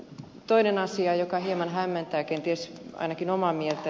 toinen asia joka hieman hämmentää kenties ainakin omaa miestä